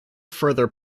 further